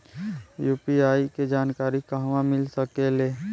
UPI के जानकारी कहवा मिल सकेले?